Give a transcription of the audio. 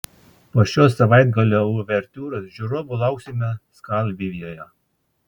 po šios savaitgalio uvertiūros žiūrovų lauksime skalvijoje